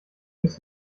müsst